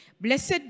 blessed